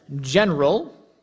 general